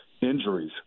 injuries